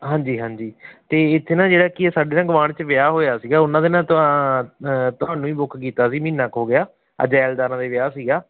ਹਾਂਜੀ ਹਾਂਜੀ ਅਤੇ ਇੱਥੇ ਨਾ ਜਿਹੜਾ ਕੀ ਆ ਸਾਡੇ ਨਾਲ ਗਵਾਂਢ 'ਚ ਵਿਆਹ ਹੋਇਆ ਸੀਗਾ ਉਹਨਾਂ ਦੇ ਨਾ ਤੁਹਾ ਤੁਹਾਨੂੰ ਹੀ ਬੁੱਕ ਕੀਤਾ ਸੀ ਮਹੀਨਾ ਕੁ ਹੋ ਗਿਆ ਆਹ ਜੈਲਦਾਰਾਂ ਦੇ ਵਿਆਹ ਸੀਗਾ